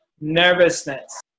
nervousness